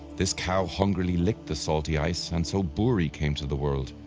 this cow hungrily licked the salty ice and so buri came to the world,